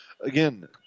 again